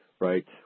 right